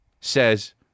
says